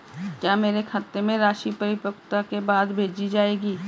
क्या मेरे खाते में राशि परिपक्वता के बाद भेजी जाएगी?